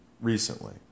Recently